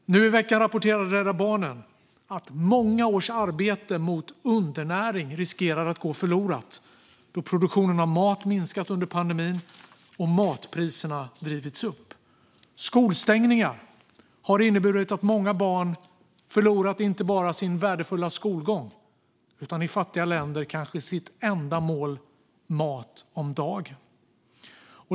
Nu i veckan rapporterade Rädda Barnen att många års arbete mot undernäring riskerar att gå förlorat då produktionen av mat har minskat under pandemin och matpriserna har drivits upp. Skolstängningar har inneburit att många barn har förlorat inte bara den värdefulla skolgången utan i fattiga länder kanske sitt enda mål mat om dagen.